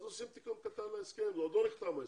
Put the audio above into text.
אז עושים תיקון קטן להסכם, עוד לא נחתם ההסכם.